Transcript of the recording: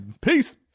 Peace